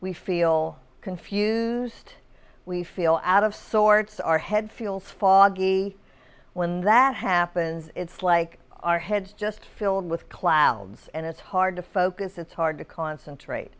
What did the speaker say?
we feel confused we feel out of sorts our head feels foggy when that happens it's like our head just filled with clouds and it's hard to focus it's hard to concentrate